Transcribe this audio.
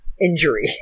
injury